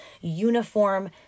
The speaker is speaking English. uniform